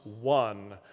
one